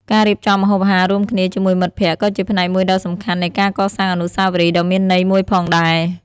ការរៀបចំម្ហូបអាហាររួមគ្នាជាមួយមិត្តភក្តិក៏ជាផ្នែកមួយដ៏សំខាន់នៃការកសាងអនុស្សាវរីយ៍ដ៏មានន័យមួយផងដែរ។